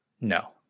No